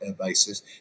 basis